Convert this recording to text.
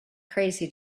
crazy